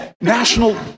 national